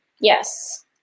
Yes